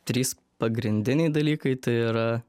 trys pagrindiniai dalykai tai yra